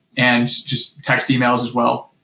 and just text emails as well.